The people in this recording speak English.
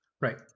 right